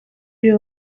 ariyo